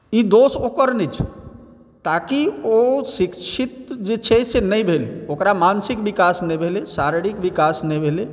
ई दोष ओकर नहि छै ताकि ओ शिक्षित जे छै से नहि भेलै ओकरा मानसिक विकास नहि भेलै शारीरिक विकास नहि भेलै